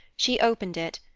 she opened it,